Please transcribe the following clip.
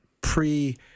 pre